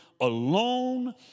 alone